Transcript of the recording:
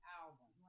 album